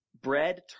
bread